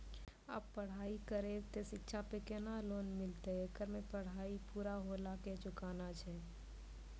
आप पराई करेव ते शिक्षा पे केना लोन मिलते येकर मे पराई पुरा होला के चुकाना छै?